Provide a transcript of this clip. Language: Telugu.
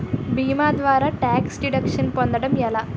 భీమా ద్వారా టాక్స్ డిడక్షన్ పొందటం ఎలా?